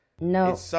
No